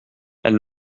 elle